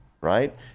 right